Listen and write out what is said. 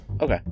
Okay